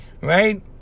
right